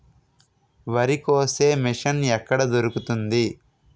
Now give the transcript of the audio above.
వరి కోసే మిషన్ ఎక్కడ దొరుకుతుంది?